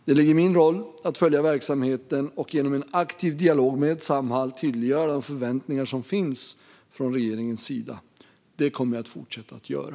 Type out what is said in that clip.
Det ligger i min roll att följa verksamheten och genom en aktiv dialog med Samhall tydliggöra de förväntningar som finns från regeringens sida. Det kommer jag att fortsätta göra.